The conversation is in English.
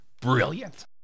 Brilliant